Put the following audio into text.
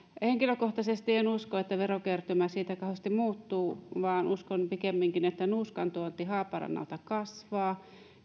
henkilökohtaisesti en usko että verokertymä siitä kauheasti muuttuu vaan uskon pikemminkin että nuuskan tuonti haaparannalta kasvaa